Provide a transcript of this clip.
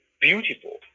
beautiful